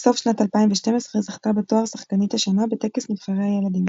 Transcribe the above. בסוף שנת 2012 זכתה בתואר "שחקנית השנה" בטקס נבחרי הילדים.